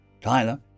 Tyler